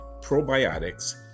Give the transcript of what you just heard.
probiotics